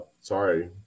Sorry